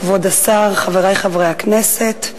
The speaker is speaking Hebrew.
כבוד השר, חברי חברי הכנסת,